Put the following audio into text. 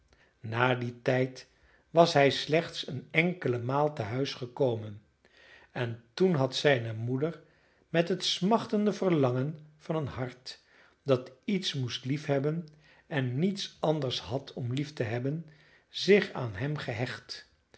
na dien tijd was hij slechts een enkele maal tehuis gekomen en toen had zijne moeder met het smachtende verlangen van een hart dat iets moest liefhebben en niets anders had om lief te hebben zich aan hem gehecht